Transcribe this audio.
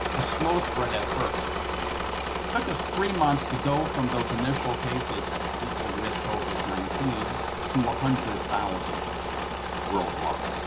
a slow spread at first. it took us three months to go from those initial cases of people with covid nineteen to one hundred thousand people worldwide.